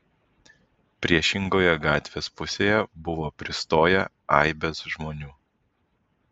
priešingoje gatvės pusėje buvo pristoję aibės žmonių